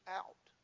out